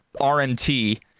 RMT